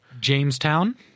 Jamestown